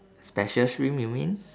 special stream you mean